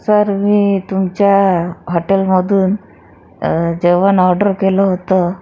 sir मी तुमच्या हॉटेलमधून जेवण ऑर्डर केलं होतं